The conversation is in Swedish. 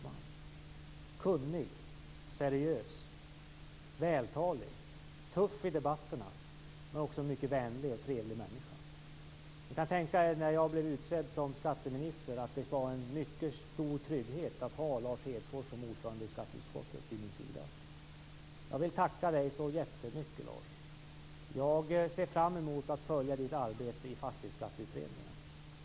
Han är kunnig, seriös och vältalig. Han är tuff i debatterna, men också en mycket vänlig och trevlig människa. När jag blev utsedd till skatteminister kan ni säkert tänka er att det var en mycket stor trygghet att ha Lars Hedfors som ordförande i skatteutskottet vid min sida. Jag vill tacka dig så jättemycket, Lars. Jag ser fram emot att följa ditt arbete i Fastighetsskatteutredningen.